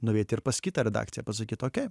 nueit ir pas kitą redakciją pasakyt okei